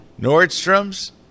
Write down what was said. Nordstrom's